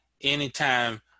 anytime